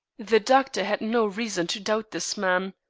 the doctor had no reason to doubt this man.